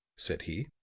said he.